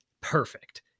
perfect